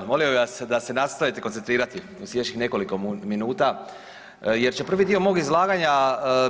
Evo molio bi vas da se nastavite koncentrirati u slijedećih nekoliko minuta jer će prvi dio mog izlaganja